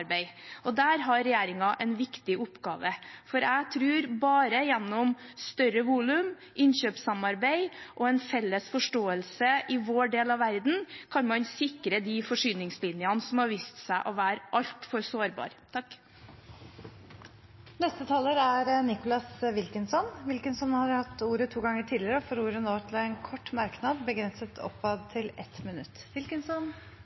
Der har regjeringen en viktig oppgave, for jeg tror at bare gjennom større volum, innkjøpssamarbeid og en felles forståelse i vår del av verden kan man sikre de forsyningslinjene som har vist seg å være altfor sårbare. Representanten Nicholas Wilkinson har hatt ordet to ganger tidligere og får ordet til en kort merknad, begrenset